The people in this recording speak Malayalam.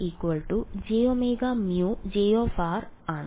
അതിനാൽ f jωμJ ആണ്